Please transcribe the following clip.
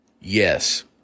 yes